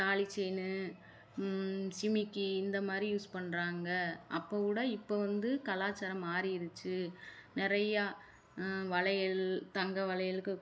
தாலி செயினு ஜிமிக்கி இந்த மாதிரி யூஸ் பண்ணுறாங்க அப்போது விட இப்போ வந்து கலாச்சாரம் மாறிடுச்சு நிறையா வளையல் தங்க வளையலுக்கு